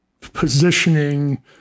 positioning